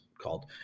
called